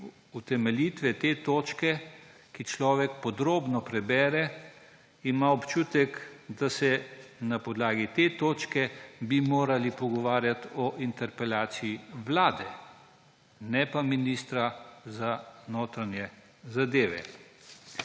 utemeljitve te točke, ko jih človek podrobno prebere, ima občutek, da bi se na podlagi te točke morali pogovarjati o interpelaciji vlade, ne pa ministra za notranje zadeve.